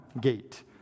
gate